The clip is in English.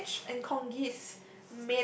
porridge and congee is